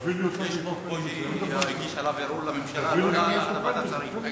תביא לי את זה, אין דבר כזה.